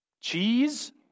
Cheese